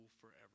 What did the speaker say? forever